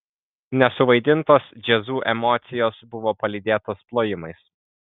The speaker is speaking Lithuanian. nesuvaidintos jazzu emocijos buvo palydėtos plojimais